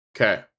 Okay